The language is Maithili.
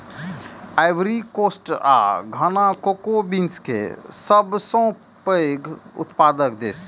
आइवरी कोस्ट आ घाना कोको बीन्स केर सबसं पैघ उत्पादक देश छियै